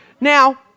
now